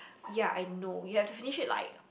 ya I know you have to finish it like